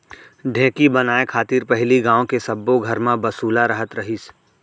ढेंकी बनाय खातिर पहिली गॉंव के सब्बो घर म बसुला रहत रहिस